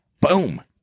Boom